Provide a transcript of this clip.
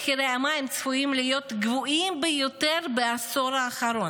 מחירי המים צפויים להיות הגבוהים ביותר בעשור האחרון.